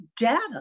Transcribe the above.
data